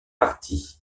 partie